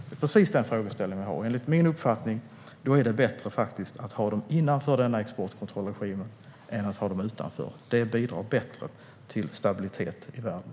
Det är precis den frågeställning vi har, och enligt min uppfattning är det faktiskt bättre att ha Indien inom denna exportkontrollregim än att ha landet utanför. Det bidrar bättre till stabilitet i världen.